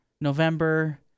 November